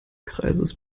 kreises